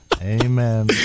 Amen